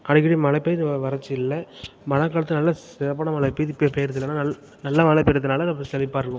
அடிக்கடி மழை பெய்யுது வறட்சி இல்லை மழைக்காலத்துல நல்ல சிறப்பான மழை பெய்யுது இப்போ பெய்கிறது இல்லை ஆனால் நல் நல்ல மழை பெய்கிறதுனால ரொம்ப செழிப்பாக இருக்கும்